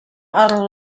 are